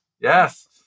yes